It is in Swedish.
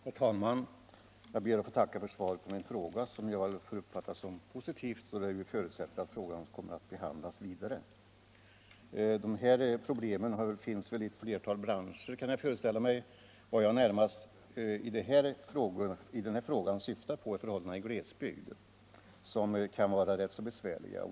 Herr talman! Jag ber att få tacka för svaret, som jag får uppfatta som positivt, då det ju förutsätter att frågan kommer att behandlas vidare. Dessa problem finns i ett flertal branscher, kan jag föreställa mig. Vad jag i den här frågan närmast syftar på är förhållandena i glesbygd, som kan vara rätt besvärliga.